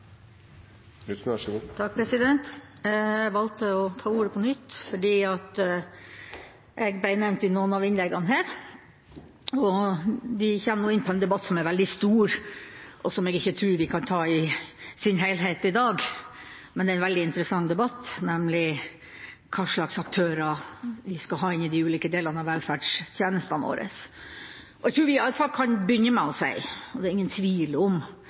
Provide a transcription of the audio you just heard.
valgte å ta ordet på nytt fordi jeg ble nevnt i noen av innleggene her. De kommer nå inn på en debatt som er veldig stor, og som jeg ikke tror vi kan ta i sin helhet i dag. Men det er en veldig interessant debatt, nemlig om hva slags aktører vi skal ha inn i de ulike delene av velferdstjenestene våre. Jeg tror vi iallfall kan begynne med å si at det er ingen tvil om